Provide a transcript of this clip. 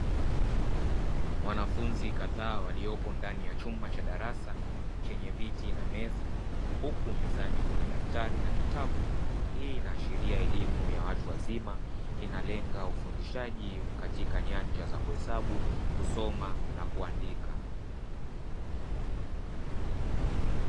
Wanafunzi kadhaa walipo ndani ya chumba cha darasa, chenye viti na meza, huku mezani kuna daftari na kitabu. Hii inaashiria elimu ya watu wazima, inalenga ufundishaji katika nyanja za kuhesabu, kusoma na kuandika.